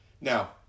Now